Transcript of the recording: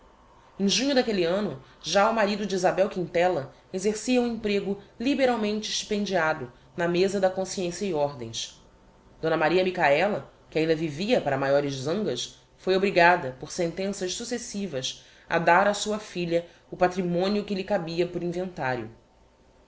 em junho d'aquelle anno já o marido de isabel quintella exercia um emprego liberalmente estipendiado na mesa da consciencia e ordens d maria michaela que ainda vivia para maiores zangas foi obrigada por sentenças successivas a dar a sua filha o patrimonio que lhe cabia por inventario